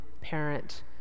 parent